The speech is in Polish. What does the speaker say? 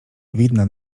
widna